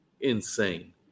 insane